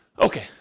Okay